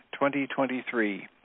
2023